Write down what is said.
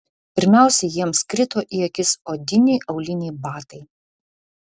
pirmiausia jiems krito į akis odiniai auliniai batai